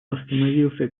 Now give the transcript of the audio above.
остановился